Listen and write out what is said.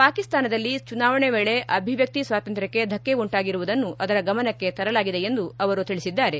ಪಾಕಿಸ್ತಾನದಲ್ಲಿ ಚುನಾವಣೆ ವೇಳೆ ಅಭಿವ್ವಕ್ತಿ ಸ್ವಾತಂತ್ರ್ಯಕ್ಷೆ ಧಕ್ಕೆ ಉಂಟಾಗಿರುವುದನ್ನು ಅದರ ಗಮನಕ್ಕೆ ತರಲಾಗಿದೆ ಎಂದು ಅವರು ತಿಳಿಸಿದ್ದಾರೆ